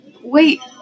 Wait